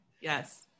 Yes